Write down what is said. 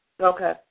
Okay